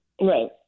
Right